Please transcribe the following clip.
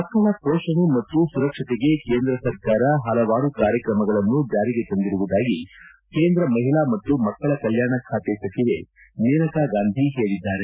ಮಕ್ಕಳ ಪೋಷಣೆ ಮತ್ತು ಸುರಕ್ಕತೆಗೆ ಕೇಂದ್ರ ಸರ್ಕಾರ ಹಲವಾರು ಕಾರ್ಯಕ್ರಮಗಳನ್ನು ಜಾರಿಗೆ ತಂದಿರುವುದಾಗಿ ಕೇಂದ್ರ ಮಹಿಳಾ ಮತ್ತು ಮಕ್ಕಳ ಕಲ್ಲಾಣ ಖಾತೆ ಸಚಿವೆ ಮೇನಕಾ ಗಾಂಧಿ ಹೇಳಿದ್ದಾರೆ